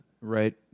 Right